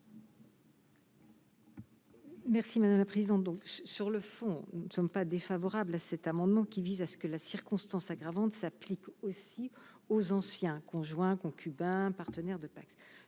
Merci madame la présidente, donc sur le fond, nous ne sommes pas défavorable à cet amendement qui vise à ce que la circonstance aggravante s'applique aussi aux anciens conjoints, concubins, partenaire de Pacs,